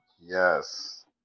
Yes